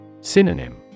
Synonym